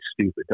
stupid